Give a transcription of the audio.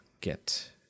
get